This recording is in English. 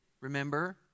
remember